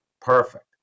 Perfect